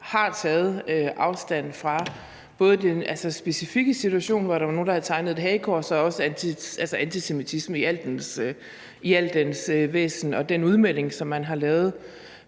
har taget afstand fra både den specifikke situation, hvor der var nogen, der havde tegnet et hagekors, og antisemitisme i al dens væsen, og den udmelding, som man har lavet